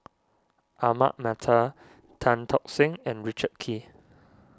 Ahmad Mattar Tan Tock Seng and Richard Kee